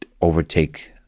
overtake